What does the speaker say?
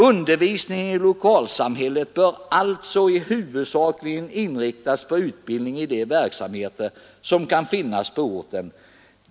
Undervisningen i lokalsamhället bör alltså huvudsakligen inriktas på utbildning i de verksamheter som kan finnas på orten.